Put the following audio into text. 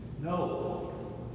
No